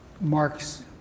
Mark's